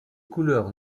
couleur